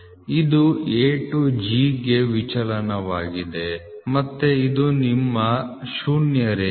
ಇದು A to G ಗೆ ವಿಚಲನವಾಗಿದೆ ಮತ್ತು ಇದು ನಿಮ್ಮ ಶೂನ್ಯ ರೇಖೆ